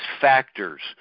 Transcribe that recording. factors